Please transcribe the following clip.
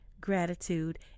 gratitude